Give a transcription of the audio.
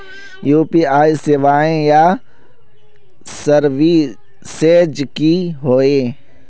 UPI सेवाएँ या services की होय?